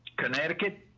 connecticut,